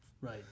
Right